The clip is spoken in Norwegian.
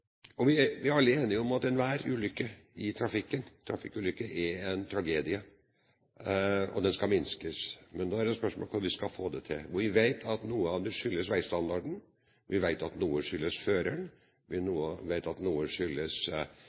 likt. Vi er alle enige om at enhver ulykke i trafikken er en tragedie, og at risikoen skal minskes. Så er spørsmålet hvordan vi skal få det til. Vi vet at noe av det skyldes veistandarden. Vi vet at noe skyldes føreren. Vi vet at noe skyldes